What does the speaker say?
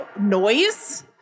noise